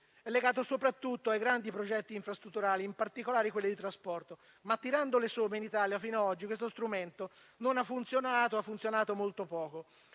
è legato soprattutto ai grandi progetti infrastrutturali, in particolare a quelli di trasporto. Ma tirando le somme, in Italia fino ad oggi questo strumento non ha funzionato o ha funzionato molto poco.